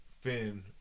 Finn